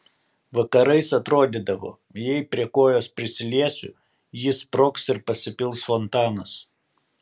vakarais atrodydavo jei prie kojos prisiliesiu ji sprogs ir pasipils fontanas